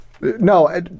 No